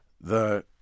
The